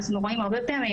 אנחנו רואים הרבה פעמים,